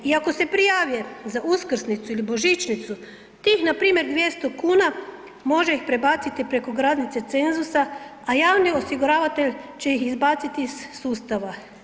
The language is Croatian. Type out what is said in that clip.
I ako se prijavi za uskrsnicu ili božićnicu, tih npr. 200,00 kn može ih prebaciti preko granice cenzusa, a javni osiguravatelj će ih izbaciti iz sustava.